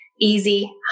easy